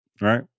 right